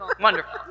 Wonderful